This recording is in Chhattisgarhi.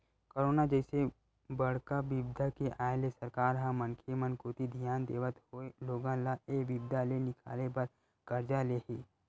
करोना जइसे बड़का बिपदा के आय ले सरकार ह मनखे मन कोती धियान देवत होय लोगन ल ऐ बिपदा ले निकाले बर करजा ले हे